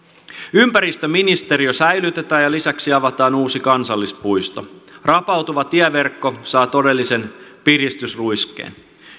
ympäristöministeriö säilytetään ja lisäksi avataan uusi kansallispuisto rapautuva tieverkko saa todellisen piristysruiskeen